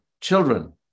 children